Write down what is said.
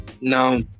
Now